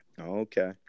Okay